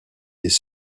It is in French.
des